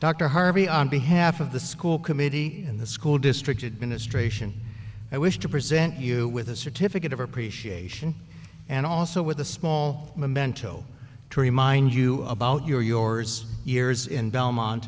dr harvey on behalf of the school committee and the school district administration i wish to present you with a certificate of appreciation and also with a small mento to remind you about your yours yours in belmont